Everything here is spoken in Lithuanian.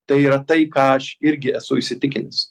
tai yra tai ką aš irgi esu įsitikinęs